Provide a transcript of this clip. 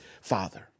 father